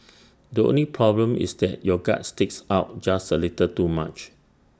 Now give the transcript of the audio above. the only problem is that your gut sticks out just A little too much